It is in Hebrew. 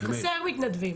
חסר מתנדבים.